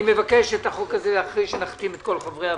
אני מבקש את החוק הזה אחרי שנחתים את כל חברי הוועדה.